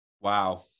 wow